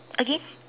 again